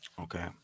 Okay